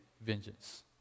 vengeance